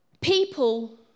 people